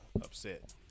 Upset